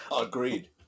Agreed